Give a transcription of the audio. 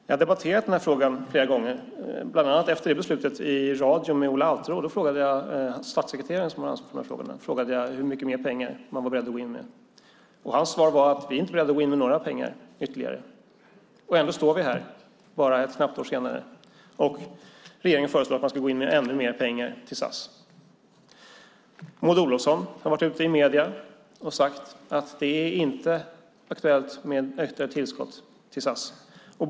Jag har debatterat den frågan flera gånger efter beslutet, bland annat i radio med statssekreterare Ola Alterå som har ansvar för de här frågorna. Jag frågade hur mycket mer pengar man var beredd att gå in med. Hans svar var: Vi är inte beredda att gå in med några ytterligare pengar. Ändå står vi här bara ett knappt år senare och regeringen föreslår att man ska gå in med ännu mer pengar till SAS. Maud Olofsson har varit ute i medierna och sagt att det inte är aktuellt med extra tillskott till SAS.